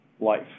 life